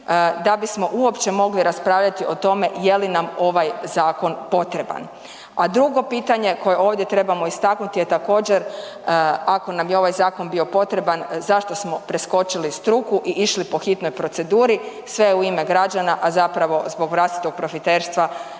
da bismo uopće mogli raspravljati o tome je li nam ovaj zakon potreban. A drugo pitanje koje ovdje trebamo istaknuti je također ako nam je ovaj zakon bio potreban zašto smo preskočili struku i išli po hitnoj proceduri, sve u ime građana, a zapravo zbog vlastitog profiterstva